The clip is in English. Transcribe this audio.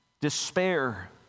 despair